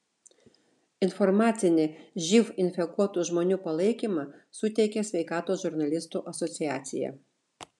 informacinį živ infekuotų žmonių palaikymą suteikia sveikatos žurnalistų asociacija